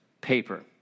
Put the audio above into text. paper